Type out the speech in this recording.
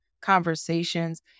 conversations